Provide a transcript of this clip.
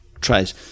tries-